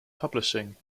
publishing